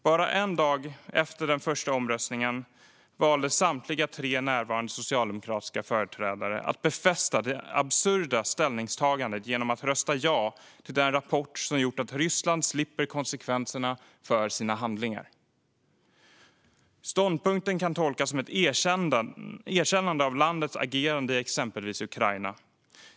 Bara en dag efter den första omröstningen valde samtliga tre närvarande socialdemokratiska företrädare att befästa det absurda ställningstagandet genom att rösta ja till den rapport som har gjort att Ryssland slipper ta konsekvenserna av sina handlingar. Ståndpunkten kan tolkas som ett erkännande av landets agerande i exempelvis Ukraina.